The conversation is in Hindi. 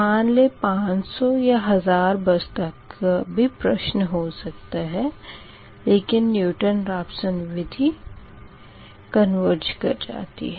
500 या 1000 बसस तक का भी प्र्श्न हो सकता है